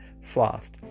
fast